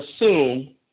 assume